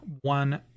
one